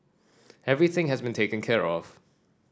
everything has been taken care of